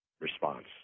response